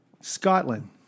Scotland